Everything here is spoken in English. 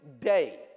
day